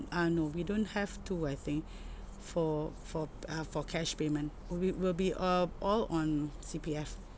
uh no we don't have to I think for for uh for cash payment oh we will be uh all on C_P_F